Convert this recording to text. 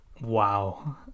wow